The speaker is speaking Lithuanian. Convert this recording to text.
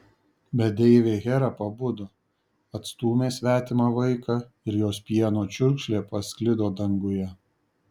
bet deivė hera pabudo atstūmė svetimą vaiką ir jos pieno čiurkšlė pasklido danguje